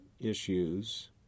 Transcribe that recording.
issues